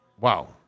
wow